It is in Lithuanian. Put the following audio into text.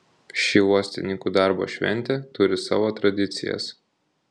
ši uostininkų darbo šventė turi savo tradicijas